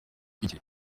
igihe